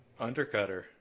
undercutter